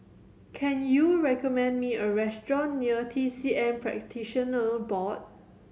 can you recommend me a restaurant near T C M Practitioner Board